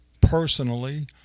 personally